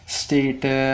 state